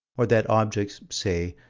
or that objects, say,